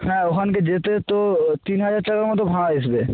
হ্যাঁ ওখানকে যেতে তো তিন হাজার টাকার মতো ভাড়া আসবে